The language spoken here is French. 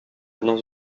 dans